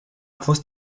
fost